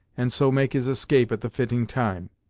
and so make his escape at the fitting time.